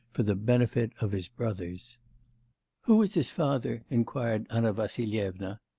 for the benefit of his brothers who is his father inquired anna vassilyevna.